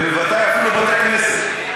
ובוודאי, אפילו בית-כנסת.